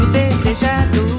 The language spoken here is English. desejado